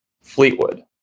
Fleetwood